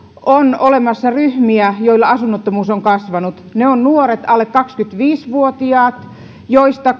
on olemassa ryhmiä joilla asunnottomuus on kasvanut niitä on nuoret alle kaksikymmentäviisi vuotiaat joiden